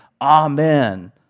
Amen